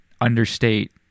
understate